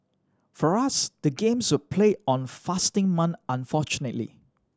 for us the games were played on fasting month unfortunately